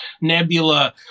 nebula